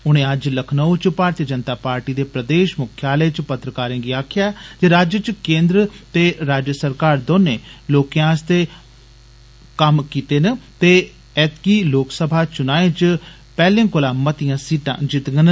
उनें अज्ज लखनऊ च भारती जनता पार्टी दे प्रदेष मुख्यालय च पत्रकारें गी आक्खेआ राज्य च केन्द्र ते राज्य सरकार दौनें लोकें आस्तै आले कम्म कीत न ते ऐदकी लोकसभा चुनाएं च पैहलें कोला मतियां सीटां जित्तगन